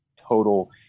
total